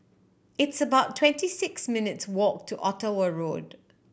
it's about twenty six minutes' walk to Ottawa Road